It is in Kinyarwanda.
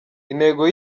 intego